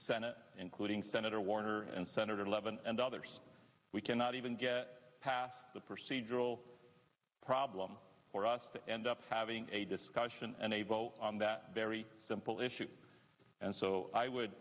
senate including senator warner and senator levin and others we cannot even get past the procedural problem for us to end up having a discussion and a vote on that very simple issue and so i would